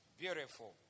Beautiful